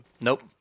Nope